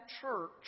church